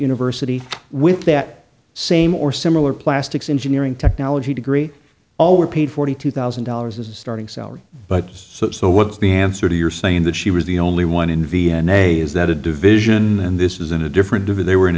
university with that same or similar plastics engineering technology degree all were paid forty two thousand dollars as a starting salary but as such so what's the answer to your saying that she was the only one in v n a is that a division and this was in a different view they were in